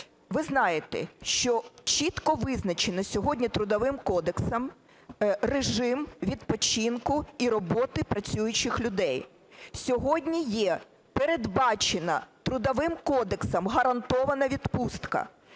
Ви знаєте, що чітко визначений сьогодні Трудовим кодексом режим відпочинку і роботи працюючих людей. Сьогодні є передбачена Трудовим кодексом гарантована відпустка.